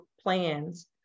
plans